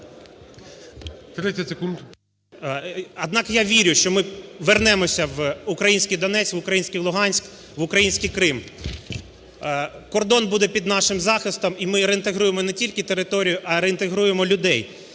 Однак я вірю, що ми вернемося в український Донецьк, в український Луганськ, в український Крим. Кордон буде під нашим захистом і ми реінтегруємо не тільки територію, а і реінтегруємо людей.